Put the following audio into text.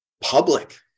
public